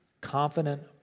confident